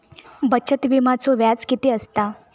बचत विम्याचा व्याज किती असता?